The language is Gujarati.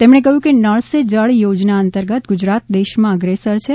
તેમણે કહ્યું કે નળ સે જળ યોજના અંતર્ગત ગુજરાત દેશમાં અગ્રેસર છે